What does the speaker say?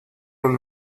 los